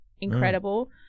incredible